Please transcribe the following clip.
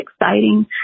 exciting